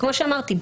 כמו שאמרתי,